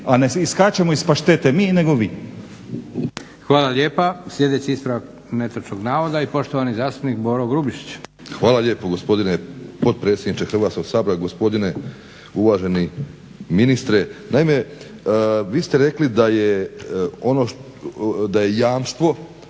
a ne iskačemo iz paštete mi nego vi. **Leko, Josip (SDP)** Hvala lijepa. Sljedeći ispravak netočnog navoda i poštovani zastupnik Boro Grubišić. **Grubišić, Boro (HDSSB)** Hvala lijepo gospodine potpredsjedniče Hrvatskog sabora, gospodine uvaženi ministre. Naime, vi ste rekli da je jamstvo